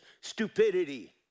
stupidity